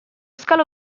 scalo